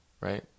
right